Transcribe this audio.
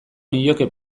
nioke